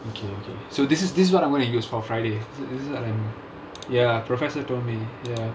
okay okay so this is this what I'm gonna use for friday this is this is I'm ya professor told me ya